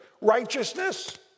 righteousness